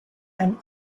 and